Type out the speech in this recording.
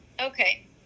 Okay